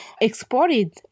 exported